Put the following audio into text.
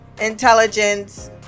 intelligence